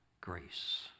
Grace